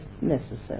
necessary